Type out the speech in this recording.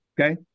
okay